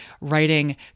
writing